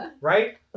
Right